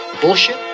Bullshit